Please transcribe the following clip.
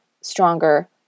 stronger